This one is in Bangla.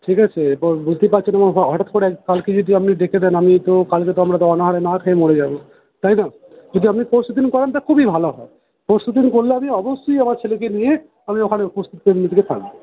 ঠিক আছে এরপর বুঝতেই পারছেন হঠাৎ করে কালকে যদি আপনি ডেকে দেন আমি তো কালকে তো আমরা অনাহারে না খেয়ে মরে যাব তাই না কিন্তু আপনি পরশুদিন করান তো খুবই ভালো হয় পরশুদিন করলে আমি অবশ্যই আমার ছেলেকে নিয়ে আমি ওখানে উপস্থিত প্রথম থেকে থাকব